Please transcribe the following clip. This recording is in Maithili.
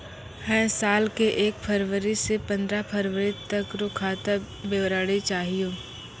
है साल के एक फरवरी से पंद्रह फरवरी तक रो खाता विवरणी चाहियो